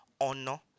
honor